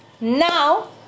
now